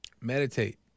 Meditate